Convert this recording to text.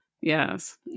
Yes